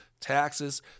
taxes